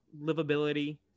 livability